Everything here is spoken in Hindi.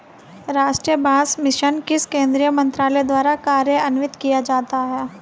राष्ट्रीय बांस मिशन किस केंद्रीय मंत्रालय द्वारा कार्यान्वित किया जाता है?